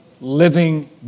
living